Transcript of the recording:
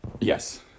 Yes